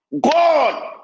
God